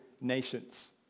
nations